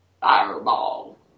Fireball